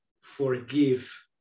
forgive